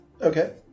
Okay